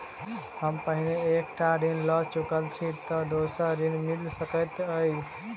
हम पहिने एक टा ऋण लअ चुकल छी तऽ दोसर ऋण मिल सकैत अई?